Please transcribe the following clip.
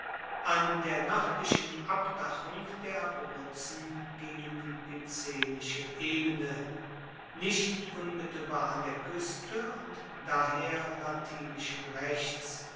an der noerdlichen abdachung der abruzzen gegen die picenische ebene nicht unmittelbar an der kueste und daher latinischen rechts